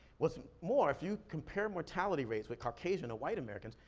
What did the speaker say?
what's more, if you compare mortality rates with caucasian or white americans,